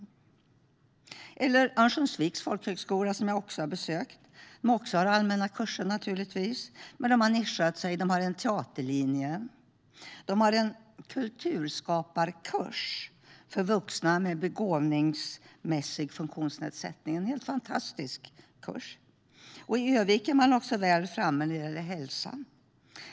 Jag har även besökt Örnsköldsviks folkhögskola, som naturligtvis också har allmänna kurser men som också har nischat sig och har en teaterlinje och kulturskaparkurs för vuxna med begåvningsmässig funktionsnedsättning - en helt fantastisk kurs. I Ö-vik är man också väl framme när det gäller hälsa.